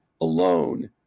alone